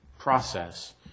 process